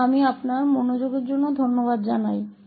और मैं आपके ध्यान के लिए धन्यवाद देता हूं